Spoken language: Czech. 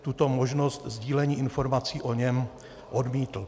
tuto možnost sdílení informací o něm odmítl.